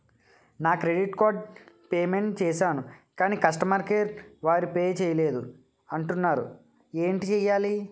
నా credit card payment చేసాను కాని కస్టమర్ కేర్ వారు పే చేయలేదు అంటున్నారు ఏంటి చేయాలి?